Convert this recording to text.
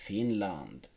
Finland